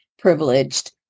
Privileged